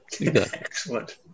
excellent